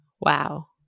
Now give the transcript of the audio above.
Wow